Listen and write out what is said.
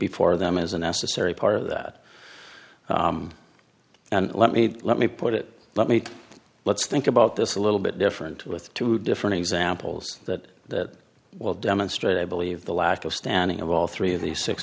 before them is a necessary part of that and let me let me put it let me let's think about this a little bit different with two different examples that will demonstrate i believe the lack of standing of all three of the six